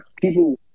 people